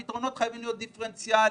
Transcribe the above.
הפתרונות חייבים להיות דיפרנציאלים,